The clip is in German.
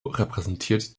repräsentiert